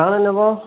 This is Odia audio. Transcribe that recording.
କା'ଣା ନେବ